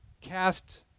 cast